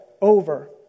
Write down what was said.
over